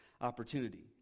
opportunity